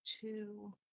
two